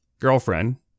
Girlfriend